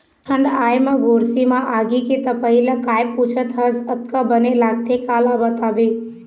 ठंड आय म गोरसी म आगी के तपई ल काय पुछत हस अतका बने लगथे काला बताबे